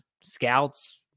scouts